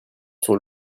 sur